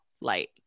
light